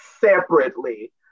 separately